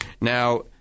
Now